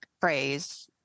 phrase